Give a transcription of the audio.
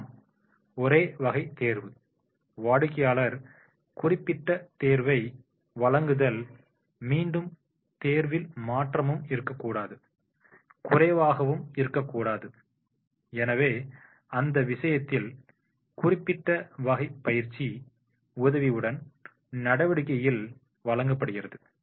ஆம் ஒரே வகை தேர்வு வாடிக்கையாளர் குறிப்பிட்ட தேர்வை வழங்குதல் மீண்டும் தேர்வில் மாற்றமும் இருக்கக்கூடாது குறைவாகவும் இருக்கக்கூடாது எனவே அந்த விஷயத்தில் குறிப்பிட்ட வகை பயிற்சி உதவியுடன் நடவடிக்கைகளில் வழங்கப்படுகிறது